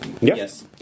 yes